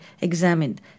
examined